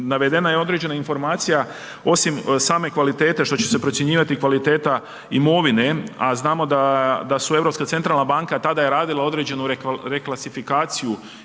navedena određena informacija osim same kvalitete što će se procjenjivati i kvaliteta imovine a znamo da Europska centralna banka tada je radila određenu reklasifikaciju